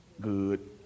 Good